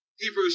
Hebrews